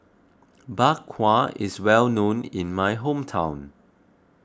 Bak Kwa is well known in my hometown